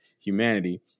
humanity